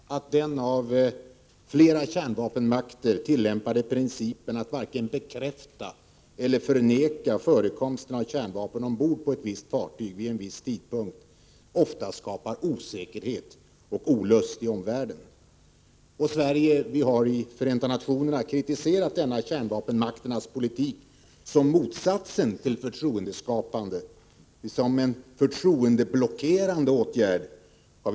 Fru talman! Det är klart att den av flera kärnvapenmakter tillämpade principen att varken bekräfta eller förneka förekomsten av kärnvapen ombord på ett visst fartyg vid en viss tidpunkt ofta skapar osäkerhet och olust i omvärlden. Sverige har i Förenta nationerna kritiserat denna kärnvapenmakternas politik som motsatsen till förtroendeskapande, dvs. som förtroendeblockerande, åtgärder.